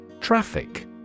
Traffic